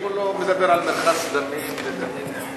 שכולו מדבר על מרחץ דמים ודמים.